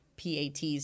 Pats